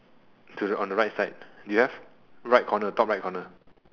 to the on the right side you have right corner top right corner